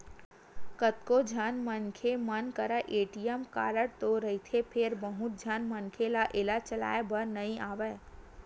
कतको झन मनखे मन करा ए.टी.एम कारड तो रहिथे फेर बहुत झन मनखे ल एला चलाए बर नइ आवय